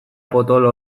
potolo